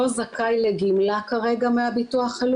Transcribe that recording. אם הוא לא זכאי לדמי אבטלה,